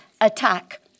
attack